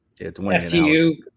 ftu